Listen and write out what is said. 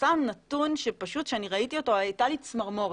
פורסם נתון שכשראיתי אותו פשוט נהייתה לי צמרמורת,